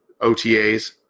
OTAs